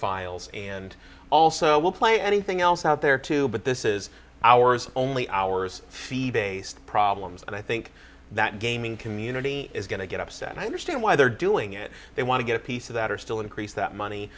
files and also we'll play anything else out there too but this is ours only ours fee based problems and i think that gaming community is going to get upset and i understand why they're doing it they want to get a piece of that or still increase that money